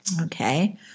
Okay